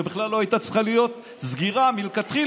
ובכלל לא הייתה צריכה להיות סגירה מלכתחילה